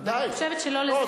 אני חושבת שלא לזה התכוון,